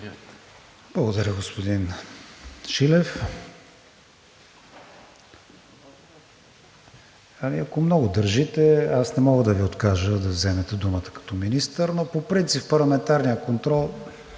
Благодаря, господин Шилев. Ами, ако много държите, аз не мога да Ви откажа да вземете думата като министър, но по принцип в парламентарния контрол